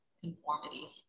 conformity